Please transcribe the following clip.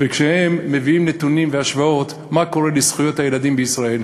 וכשהם מביאים נתונים והשוואות מה קורה בזכויות הילדים בישראל,